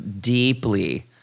deeply